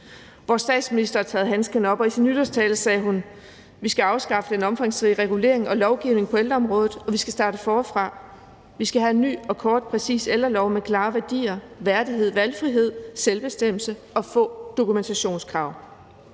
Vores statsminister har taget handsken op, og i sin nytårstale sagde hun: Vi skal afskaffe den omfangsrige regulering og lovgivning på ældreområdet, og vi skal starte forfra. Vi skal have en ny, kortfattet og præcis ældrelov med klare værdier, værdighed, valgfrihed, selvbestemmelse og få dokumentationskrav;